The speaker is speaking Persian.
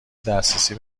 دسترسی